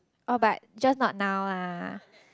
oh but just not now lah